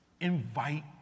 invite